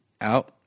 out